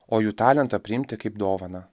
o jų talentą priimti kaip dovaną